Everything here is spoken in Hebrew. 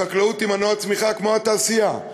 החקלאות היא מנוע צמיחה, כמו התעשייה.